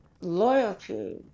loyalty